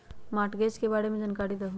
Mortgage के बारे में जानकारी देहु?